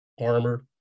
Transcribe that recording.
Armor